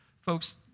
folks